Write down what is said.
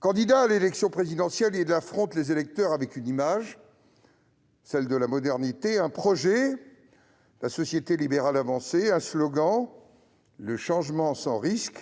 Candidat à l'élection présidentielle, il affronte les électeurs avec une image- celle de la modernité -, un projet- la société libérale avancée -, un slogan- « le changement sans risque »